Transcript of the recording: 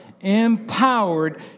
empowered